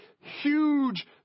huge